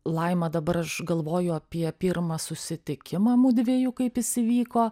laima dabar aš galvoju apie pirmą susitikimą mudviejų kaip jis įvyko